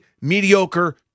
mediocre